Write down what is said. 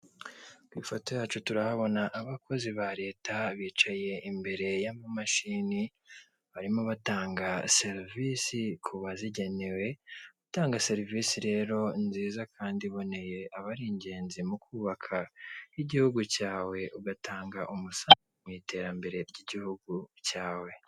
Ku ifoto yacu turahabona abakozi ba Leta bicaye imbere y'amamashini, barimo batanga serivisi ku bazigenewe, gutanga serivisi rero nziza kandi iboneye aba ari ingenzi mu kubaka igihugu cyawe, ugatanga umusanzu mu iterambere ry'igihugu cyawe.